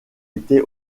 était